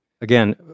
Again